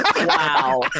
Wow